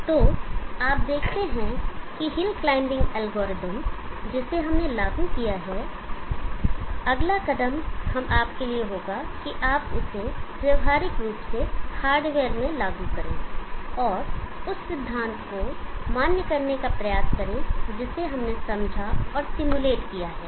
तो आप देखते हैं कि हिल क्लाइंबिंग एल्गोरिथ्म जिसे हमने लागू किया है अगला कदम हम आपके लिए होगा कि आप उन्हें व्यावहारिक रूप से हार्डवेयर में लागू करें और उस सिद्धांत को मान्य करने का प्रयास करें जिसे हमने समझा और सिमुलेट किया है